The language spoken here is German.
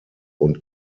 und